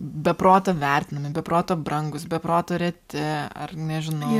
be proto vertinami be proto brangūs be proto reti ar nežinau